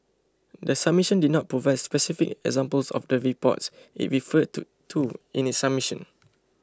the submission did not provide specific examples of the reports it referred to to in its submission